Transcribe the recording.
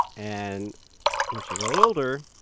and when she got older,